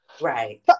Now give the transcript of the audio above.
Right